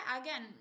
again